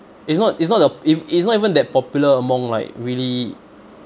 it's not it's not a it it's not even that popular among like really